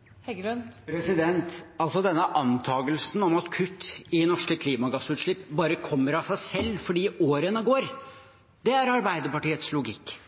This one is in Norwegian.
Heggelund: Mener han at vi kommer til å forsterke klimaforliket og overoppfylle målsettingene for 2020, eller er han enig i det statsministeren og klimaministeren har uttalt i debatter, at det er svært usannsynlig at vi kommer til å nå klimaforliket for 2020? Antakelsen om at kutt i norske klimagassutslipp bare kommer av seg selv fordi årene går, er Arbeiderpartiets logikk –